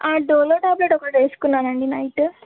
Dolo tablet ఒకటి వేసుకున్నానండి night